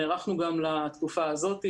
נערכנו גם לתקופה הזאתי,